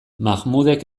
mahmudek